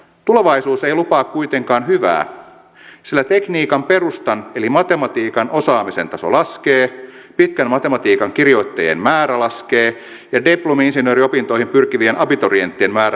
tulevaisuus ei lupaa kuitenkaan hyvää sillä tekniikan perustan eli matematiikan osaamisen taso laskee pitkän matematiikan kirjoittajien määrä laskee ja diplomi insinööriopintoihin pyrkivien abiturienttien määrä suorastaan romahtaa